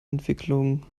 entwicklung